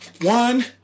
One